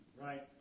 Right